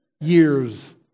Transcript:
years